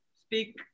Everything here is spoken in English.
speak